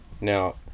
Now